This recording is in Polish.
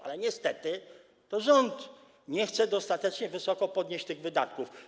Ale niestety rząd nie chce dostatecznie wysoko podnieść tych wydatków.